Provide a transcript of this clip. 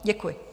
Děkuji.